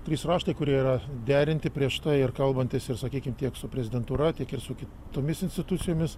trys raštai kurie yra derinti prieš tai ir kalbantis ir sakykim tiek su prezidentūra tiek ir su kitomis institucijomis